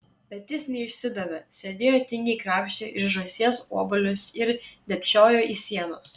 bet jis neišsidavė sėdėjo tingiai krapštė iš žąsies obuolius ir dėbčiojo į sienas